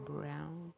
Brown